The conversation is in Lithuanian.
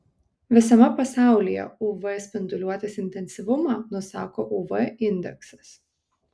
visame pasaulyje uv spinduliuotės intensyvumą nusako uv indeksas